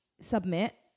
submit